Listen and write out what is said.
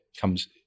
comes